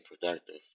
productive